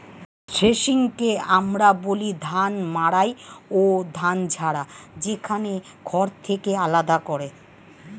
থ্রেশিংকে আমরা বলি ধান মাড়াই ও ধান ঝাড়া, যেখানে খড় থেকে আলাদা করে